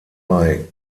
bei